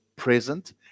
Present